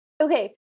Okay